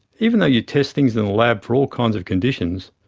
even though you test things in the lab for all kinds of conditions,